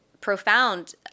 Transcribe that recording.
profound